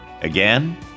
Again